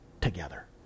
together